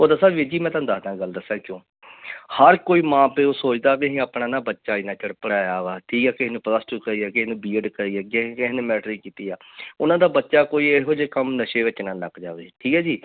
ਉਹ ਦੱਸਾਂ ਵੀਰ ਜੀ ਮੈਂ ਤੁਹਾਨੂੰ ਦੱਸਦਾ ਗੱਲ ਦੱਸਾਂ ਕਿਉਂ ਹਰ ਕੋਈ ਮਾਂ ਪਿਓ ਸੋਚਦਾ ਵੀ ਅਸੀਂ ਆਪਣਾ ਨਾ ਬੱਚਾ ਇੰਨਾ ਚਿਰ ਪੜ੍ਹਾਇਆ ਵਾ ਠੀਕ ਹੈ ਕਿਸੇ ਨੇ ਪਲੱਸ ਟੂ ਕਰੀ ਹੈ ਕਿਸੇ ਨੇ ਬੀ ਐਡ ਕਰੀ ਹੈ ਕਿਹ ਕਿਸੇ ਨੇ ਮੈਟ੍ਰਿਕਸ ਕੀਤੀ ਆ ਉਹਨਾਂ ਦਾ ਬੱਚਾ ਕੋਈ ਇਹੋ ਜਿਹੇ ਕੰਮ ਨਸ਼ੇ ਵਿਚ ਨਾ ਲੱਗ ਜਾਵੇ ਠੀਕ ਹੈ ਜੀ